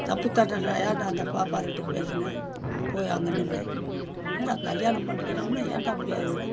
தப்பு தண்டனை ஏன்டா அந்த பாப்பா கிட்டே பேசின போய் அங்கே நில் என்னடா கல்யாணம் பண்ணிக்கிறேன்னு ஏன்டா இப்படியேங்கிற